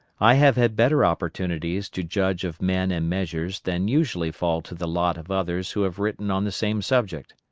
i have had better opportunities to judge of men and measures than usually fall to the lot of others who have written on the same subject.